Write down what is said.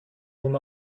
nun